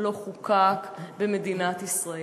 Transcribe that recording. לא חוקק במדינת ישראל,